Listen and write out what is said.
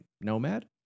nomad